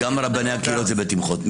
--- גם לרבני הקהילות זה מתמיכות.